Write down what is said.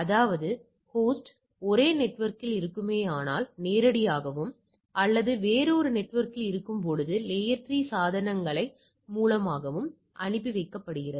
அதாவது ஹோஸ்ட் ஒரே நெட்வொர்க்கில் இருக்குமே யானால் நேரடியாகவும் அல்லது வேறு ஒரு நெட்வொர்க்கில் இருக்கும்பொழுது லேயர்3 சாதனங்கள் மூலமாகவும் அனுப்பி வைக்கப்படுகிறது